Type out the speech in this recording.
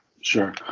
Sure